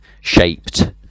shaped